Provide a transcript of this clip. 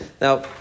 now